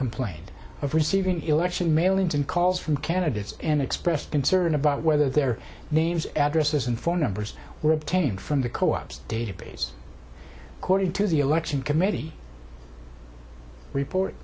complained of receiving election mailings and calls from candidates and expressed concern about whether their names addresses and phone numbers were obtained from the co op's database according to the election committee report